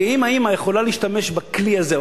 כי אם האמא יכולה להשתמש בכלי הזה,